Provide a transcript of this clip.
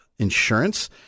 Insurance